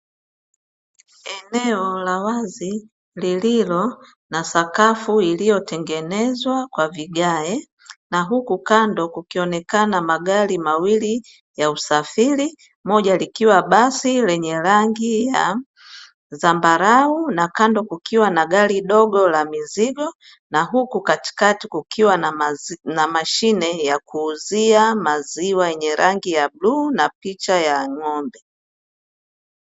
Eneo la wazi lililo na sakafu iliyotengenezwa kwa vigae, na huku kando kukionekana magari mawili ya usafiri, moja likiwa basi lenye rangi ya zambarau na kando kukiwa na gari dogo la mizigo na huku katikati kukiwa na mashine ya kuuzia maziwa yenye rangi ya bluu na picha ya ng'ombe.